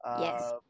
Yes